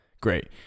Great